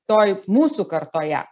toj mūsų kartoje